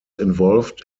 involved